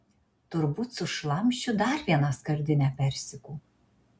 turbūt sušlamšiu dar vieną skardinę persikų